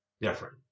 different